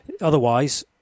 otherwise